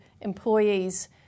employees